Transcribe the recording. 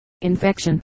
infection